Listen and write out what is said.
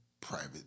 private